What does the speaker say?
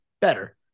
better